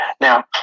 Now